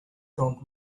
dog